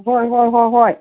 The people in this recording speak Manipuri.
ꯍꯣꯏ ꯍꯣꯏ ꯍꯣꯏ ꯍꯣꯏ